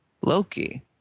Loki